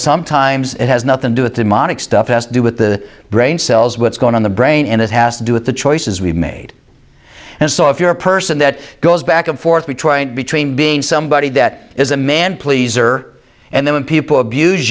sometimes it has nothing do with demonic stuff s to do with the brain cells what's going on the brain and it has to do with the choices we've made and so if you're a person that goes back and forth between between being somebody that is a man pleaser and then when people abuse